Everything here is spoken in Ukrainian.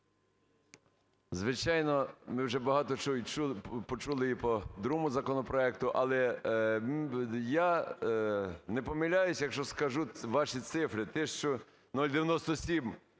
Звичайно, ми вже багато що почули і по другому законопроекту, але я не помиляюсь, якщо скажу ваші цифри: 1 тисячу 097